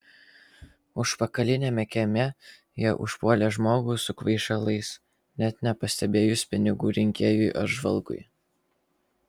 užpakaliniame kieme jie užpuolė žmogų su kvaišalais net nepastebėjus pinigų rinkėjui ar žvalgui